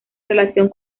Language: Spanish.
relación